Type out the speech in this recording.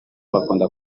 bakunda